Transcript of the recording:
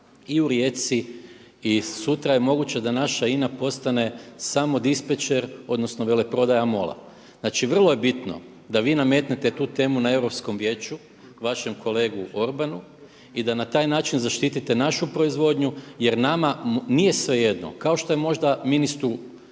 i u Rijeci. I sutra je moguće da naša INA postane samo dispečer odnosno veleprodaja MOL-a. Znači vrlo je bitno da vi nametnete tu temu na Europskom vijeću vašem kolegu Orbanu i da na taj način zaštitite našu proizvodnju jer nama nije svejedno kao što je možda ministru